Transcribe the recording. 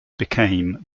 became